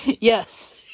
Yes